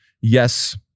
yes